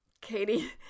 Katie